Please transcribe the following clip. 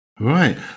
Right